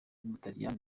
w’umutaliyani